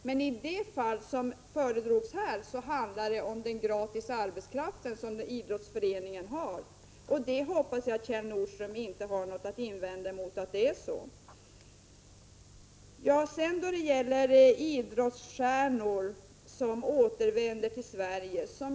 Men i det fall som föredrogs här handlade det om den fria arbetskraft som idrottsföreningar har, och jag hoppas att Kjell Nordström inte har någonting att invända mot att det är så. Sedan gällde det idrottsstjärnor som återvänder till Sverige.